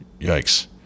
Yikes